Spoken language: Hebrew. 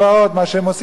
מה שהם עושים שם,